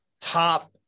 top